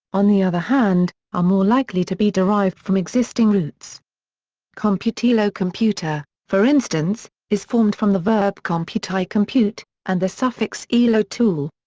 on the other hand, are more likely to be derived from existing roots komputilo computer, for instance, is formed from the verb komputi compute and the suffix ilo tool.